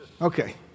Okay